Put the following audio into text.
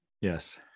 yes